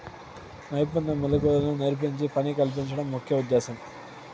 నైపుణ్య మెళకువలు నేర్పించి పని కల్పించడం ముఖ్య ఉద్దేశ్యం